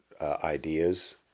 Ideas